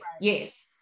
yes